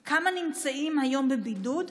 2. כמה נמצאים היום בבידוד?